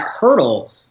hurdle